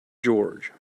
george